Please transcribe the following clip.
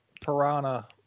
piranha